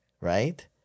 Right